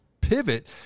pivot